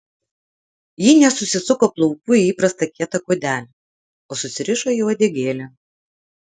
ji nesusisuko plaukų į įprastą kietą kuodelį o susirišo į uodegėlę